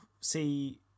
see